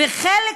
וחלק,